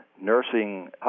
nursing